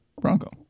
Bronco